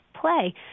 play